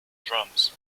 drums